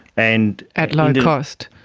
and at low cost.